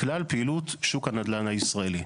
מכלל פעילות שוק הנדל"ן הישראלי.